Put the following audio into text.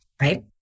Right